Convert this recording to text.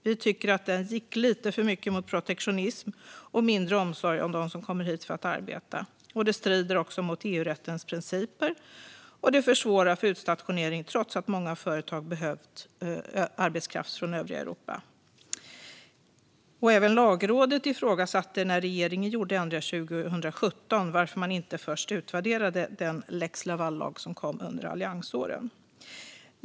Vi tycker att lagen gick lite för mycket mot protektionism och mindre mot omsorg om dem som kommer hit för att arbeta. Detta strider mot EU-rättens principer, och det försvårar för utstationering trots att många företag behövt arbetskraft från övriga Europa. Även Lagrådet ifrågasatte när regeringen gjorde ändringar 2017 varför man inte först utvärderade den lex Laval-lag som kom under alliansåren.